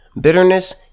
bitterness